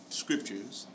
scriptures